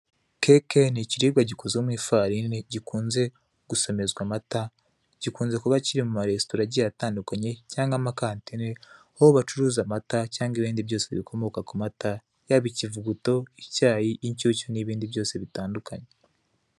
Keke ni ikiribwa gikozwe mu ifarine gikunze gusomezwa amata, gikunze kuba kiri mu maresitora agiye atandukanye cyangwa amakantine, aho bacuruza amata cyangwa ibindi byose bikomoka ku mata, yaba ikivuguto, icyayi, inshyushyu n'ibindi byose bitandukanye.